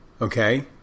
Okay